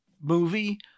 movie